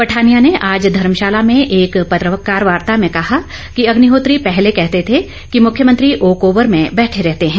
पठानिया ने आज धर्मशाला में एक पत्रकार वार्ता में कहा कि अग्निहोत्री पहले कहते थे कि मुख्यमंत्री ओकओवर में बैठे रहते हैं